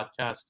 podcast